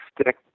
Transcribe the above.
stick